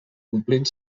omplint